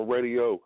Radio